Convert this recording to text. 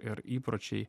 ir įpročiai